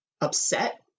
upset